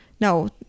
No